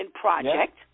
project